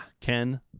Ken